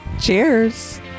cheers